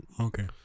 okay